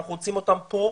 אנחנו רוצים אותם פה,